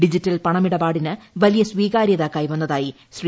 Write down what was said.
digital പണമിടപാടിന് വലിയ സ്വീകാത്യത്ര്യക്കൈവന്നതായി ശ്രീ